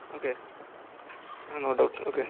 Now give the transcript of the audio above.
okay no doubt okay